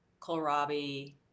kohlrabi